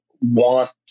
want